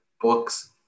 books